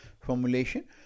formulation